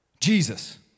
Jesus